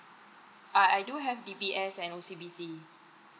I I do have D_B_S and O_C_B_C